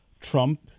Trump